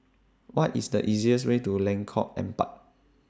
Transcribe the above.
What IS The easiest Way to Lengkong Empat